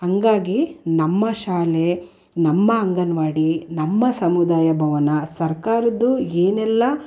ಹಾಗಾಗಿ ನಮ್ಮ ಶಾಲೆ ನಮ್ಮ ಅಂಗನವಾಡಿ ನಮ್ಮ ಸಮುದಾಯ ಭವನ ಸರ್ಕಾರದ್ದು ಏನೆಲ್ಲಾ